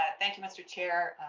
ah thank you, mister chair,